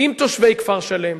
עם תושבי כפר-שלם,